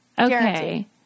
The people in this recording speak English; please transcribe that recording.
Okay